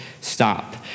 stop